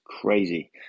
crazy